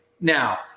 Now